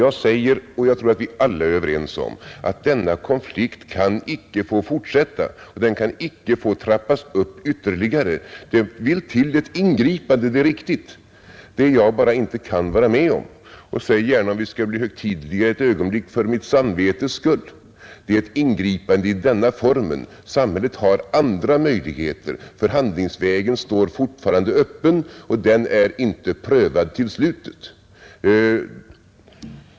Jag säger — och jag tror att vi alla är överens om det — att denna konflikt kan icke få fortsätta, och den kan icke få trappas upp ytterligare. Det vill till ett ingripande, det är riktigt. Vad jag bara inte kan vara med om, säg gärna — om vi skall bli högtidliga för ett ögonblick — för mitt samvetes skull, är ett ingripande i denna form. Samhället har andra möjligheter. Förhandlingsvägen står fortfarande öppen och den är inte prövad till slutet.